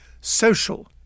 social